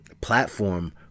platform